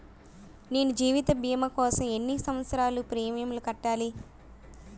నేను జీవిత భీమా కోసం ఎన్ని సంవత్సారాలు ప్రీమియంలు కట్టాలి?